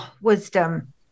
wisdom